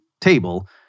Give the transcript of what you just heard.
table